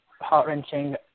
heart-wrenching